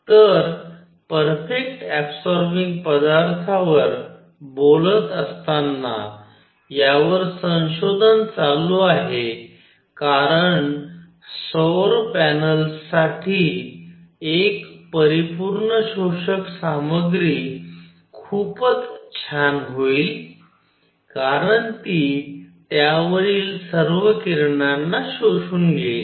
तसे perfect absorbing पदार्थांवर बोलत असताना यावर संशोधन चालू आहे कारण सौर पॅनल्ससाठी एक परिपूर्ण शोषक सामग्री खूपच छान होईल कारण ती त्यावरील सर्व किरणांना शोषून घेईल